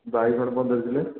ବାଇଗଣ ପନ୍ଦର କିଲୋ